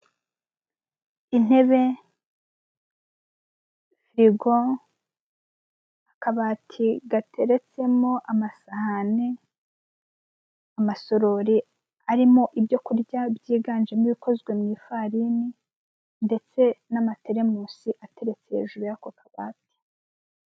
Intebe, firigo n'akabati gateretsemo amasahane amasorori arimo ibyokurya byiganjemo ibikozwe mu ifarini ndetse n'amatemusi ateretse hejuru y'ako kabati.